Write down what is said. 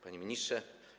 Panie Ministrze!